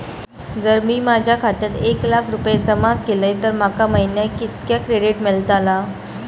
जर मी माझ्या खात्यात एक लाख रुपये जमा केलय तर माका महिन्याक कितक्या क्रेडिट मेलतला?